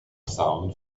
sound